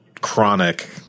chronic